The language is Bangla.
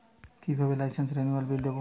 কিভাবে লাইসেন্স রেনুয়ালের বিল দেবো?